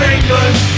England